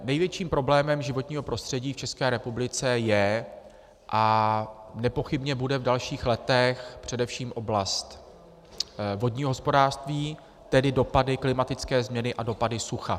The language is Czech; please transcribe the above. Největším problémem životního prostředí v České republice je a nepochybně bude v dalších letech především oblast vodního hospodářství, tedy dopady, klimatické změny a dopady sucha.